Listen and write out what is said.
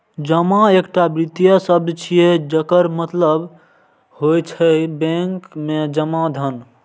जमा एकटा वित्तीय शब्द छियै, जकर मतलब होइ छै बैंक मे जमा धन